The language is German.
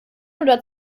oder